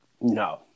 no